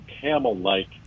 camel-like